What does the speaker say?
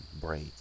break